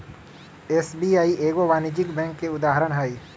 SBI एगो वाणिज्यिक bank के उदाहरण हइ